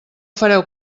fareu